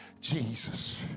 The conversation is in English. Jesus